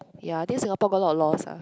ya I think Singapore got a lot of laws ah